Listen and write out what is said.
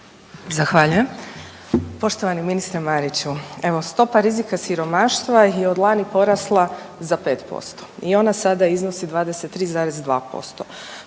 Zahvaljujem. Poštovani ministre Mariću, evo stopa rizika siromaštva je od lani porasla za 5% i ona sada iznosi 23,2%.